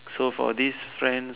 so for this friend